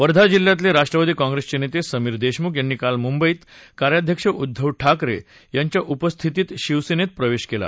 वर्धा जिल्ह्यातले राष्ट्रवादी काँप्रेसचे नेते समीर देशमुख यांनी काल मुंबईत कार्याध्यक्ष उद्धव ठाकरे यांच्या उपस्थितीत शिवसेनेत प्रवेश केला